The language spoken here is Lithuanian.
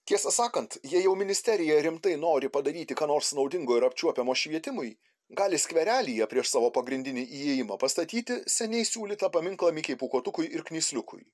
tiesą sakant jei jau ministerija rimtai nori padaryti ką nors naudingo ir apčiuopiamo švietimui gali skverelyje prieš savo pagrindinį įėjimą pastatyti seniai siūlytą paminklą mikei pūkuotukui ir knysliukui